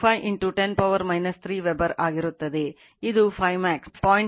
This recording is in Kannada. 25 10 ಪವರ್ 3 ವೆಬರ್ ಆಗಿರುತ್ತದೆ ಇದು Φmax 0